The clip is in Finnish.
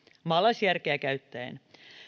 maalaisjärkeä käyttäen